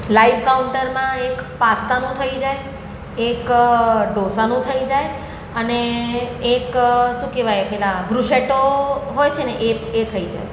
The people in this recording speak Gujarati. લાઈવ કાઉન્ટરમાં એક પાસ્તાનું થઈ જાય એક ઢોસાનું થઈ જાય અને એક શું કહેવાય પેલા બ્રુસેટો હોય છે ને એ એ થઈ જાય